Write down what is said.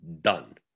done